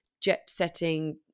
jet-setting